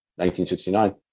1969